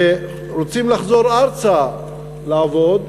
ורוצים לחזור ארצה לעבוד,